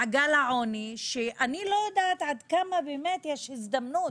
מעגל העוני, שאני לא יודעת עד כמה באמת יש הזדמנות